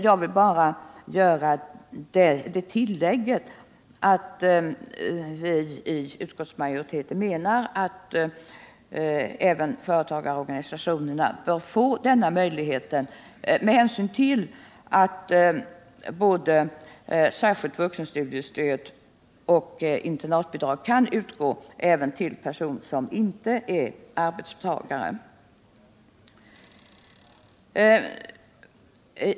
Jag vill bara göra tillägget, att vi i utskottsmajoriteten menar att även företagarorganisationerna bör få denna möjlighet, med hänsyn till att både särskilt vuxenstudiestöd och internatbidrag kan utgå även till person som inte är arbetstagare.